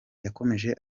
yakomeje